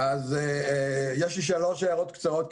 יש לי שלוש הערות קצרות,